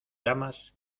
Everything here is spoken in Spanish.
llamas